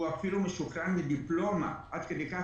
הוא אפילו משוחרר מדיפלומה עד כדי כך.